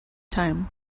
time